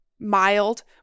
mild